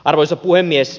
arvoisa puhemies